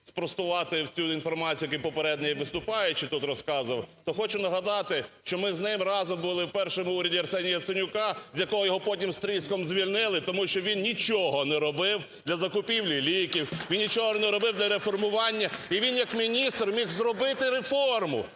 спростувати цю інформацію, яку попередній виступаючий тут розказував. То хочу нагадати, що ми з ним разом були в першому уряді Арсенія Яценюка, з якого його потім з тріском звільнили, тому що він нічого не робив для закупівлі ліків, він нічого не робив для реформування, і він як міністр міг зробити реформу.